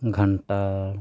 ᱜᱷᱟᱱᱴᱟᱲ